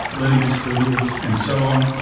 learning disabilities and so on.